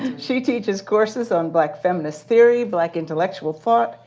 she teaches courses on black feminist theory, black intellectual thought,